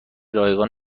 رایگان